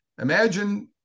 Imagine